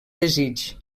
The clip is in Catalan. desig